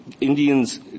Indians